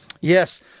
Yes